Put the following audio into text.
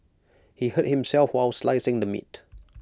he hurt himself while slicing the meat